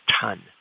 ton